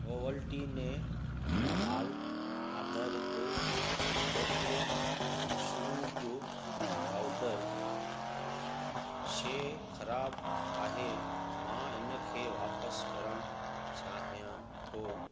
Ovaltine malt आधारित chocolate मशरूबु powder शइ ख़राबु आहे मां इन खे वापसि करणु चाहियां थो